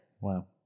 Wow